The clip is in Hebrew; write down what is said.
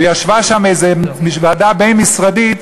וישבה שם איזו ועדה בין-משרדית,